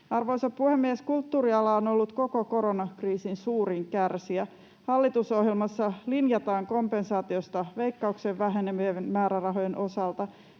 Arvoisa puhemies! Kulttuuriala on ollut koko koronakriisin suurin kärsijä. Hallitusohjelmassa linjataan kompensaatiosta Veikkauksen vähenevien määrärahojen osalta